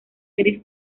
gris